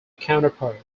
counterpart